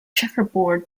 checkerboard